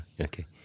okay